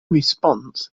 response